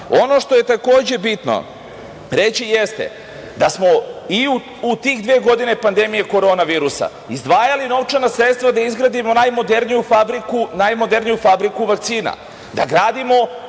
što je takođe bitno reći jeste da smo i u tih dve godine pandemije korona virusa izdvajali novčana sredstva da izgradimo najmoderniju fabriku vakcina, da smo